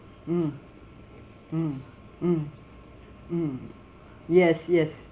mm mm mm mm yes yes